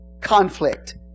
conflict